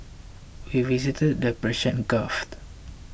we visited the Persian Gulf